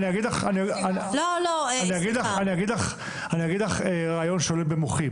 לרזולוציות --- אני אגיד לך רעיון שעולה במוחי.